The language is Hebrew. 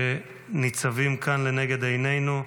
שניצבים כאן לנגד עינינו,